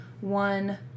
one